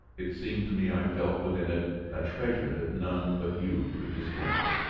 it seemed to me i felt within it a treasure that none but you could dispense?